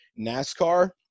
NASCAR